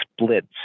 splits